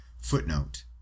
footnote